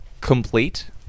complete